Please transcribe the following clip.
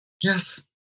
Yes